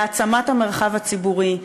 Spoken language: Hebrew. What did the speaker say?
להעצמת המרחב הציבורי,